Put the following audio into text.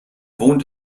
wohnt